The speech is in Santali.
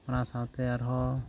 ᱚᱱᱟ ᱥᱟᱶᱛᱮ ᱟᱨᱦᱚᱸ